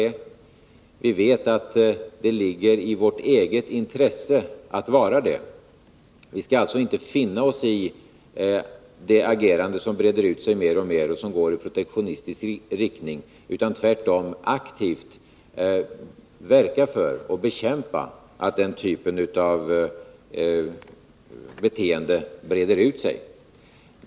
Det ligger i vårt eget intresse att hävda dessa principer. Vi skall alltså inte finna oss i det agerande som breder ut sig mer och mer och som går i protektionistisk riktning utan tvärtom aktivt bekämpa att den typen av beteende breder ut sig.